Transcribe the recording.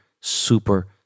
super